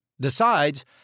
decides